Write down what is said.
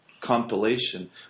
compilation